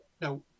Now